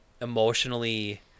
emotionally